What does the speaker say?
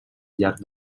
llarg